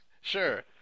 Sure